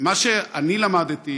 מה שאני למדתי,